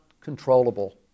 controllable